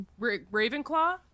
Ravenclaw